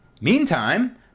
Meantime